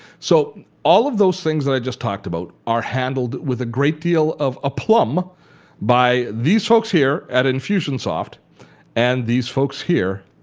so all of those things that i just talked about are handled with a great deal of aplomb by these folks here at infusionsoft and these folks here